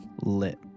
lit